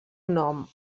nom